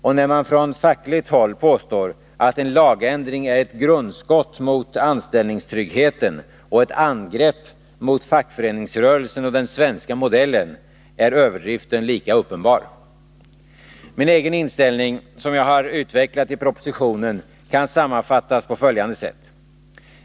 Och när man från fackligt håll påstår att en lagändring är ett grundskott mot anställningstryggheten och ett angrepp mot fackföreningsrörelsen och den svenska modellen är överdriften lika uppenbar. Min egen inställning, som jag har utvecklat i propositionen, kan sammanfattas på följande sätt.